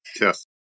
Yes